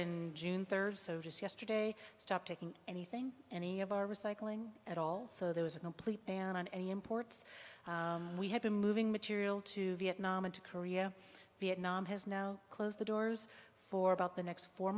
and june third so just yesterday stop taking anything any of our recycling at all so there was a complete ban on any imports we have been moving material to vietnam and to korea vietnam has now closed the doors for about the next four